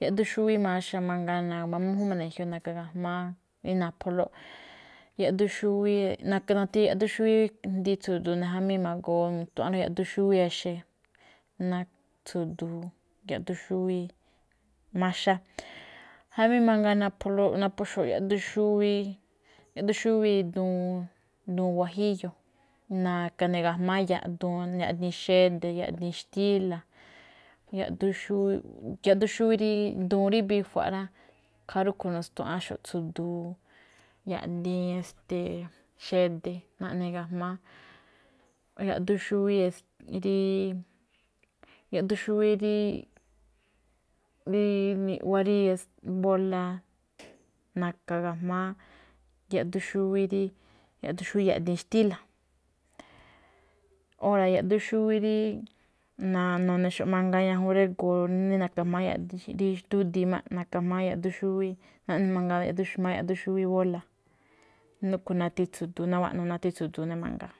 Yaꞌduun xúwí maxa mangaa na̱gu̱ma mújúun máꞌ ne ge̱jioꞌ na̱ka ga̱jma̱á rí napholóꞌ, yaꞌduun xúwíi- na̱ka̱ nati yaꞌduun xúwíi jndi tsu̱du̱u̱ ne̱, jamí ma̱goo tuaꞌánlóꞌ yaꞌduun xúwíi exe̱, ná tsu̱du̱u̱ yaꞌduun xúwíi maxa. Jamí mangaa napholóꞌ, naphóxo̱ꞌ yaꞌduun xúwíi, yaꞌduun xúwíi duun- duun wajíyo̱, na̱ka̱ ne̱ ga̱jma̱á yaꞌduun, yaꞌdiin xede̱, yaꞌdiin xtíla̱, yaꞌduun xúwí-yaꞌduun xúwí ríí, duun ríí mbijua̱ꞌ rá. ikhaa rúꞌkhue̱n nu̱tuaꞌanxo̱ꞌ tsu̱du̱u̱, yaꞌdiin xede̱ naꞌne ga̱jma̱á, yaꞌduun xúwí rí yaꞌduun xúwí rí rí iꞌwá rí bola, na̱ka̱ gajma̱á yaꞌduun xúwí rí, yaꞌdiin xtíla̱. Ora̱ yaꞌduun xúwí rí, na̱ne̱xo̱ꞌ mangaa ñajuun drígo̱o̱ rí na̱ka̱ ga̱jma̱á ñajuun drígo̱o̱ rí xndúdii máꞌ, na̱ka̱ ga̱jma̱á yaꞌduun xúwí, naꞌne mangaa máꞌ yaꞌduun xúwí bóla̱, rúꞌkhue̱n nati tsu̱du̱u̱ nawaꞌno̱, nati tsu̱du̱u̱ ne mangaa.